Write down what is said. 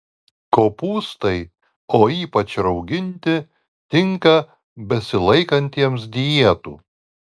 kopūstai o ypač rauginti tinka besilaikantiems dietų